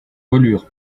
voilure